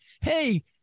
Hey